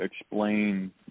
explain